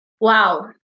Wow